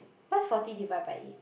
what's forty divide by eight